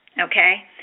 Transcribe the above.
okay